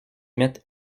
mette